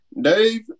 Dave